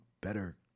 better